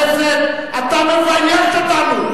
אתה קראת להם לוחמי חופש לפני שבוע.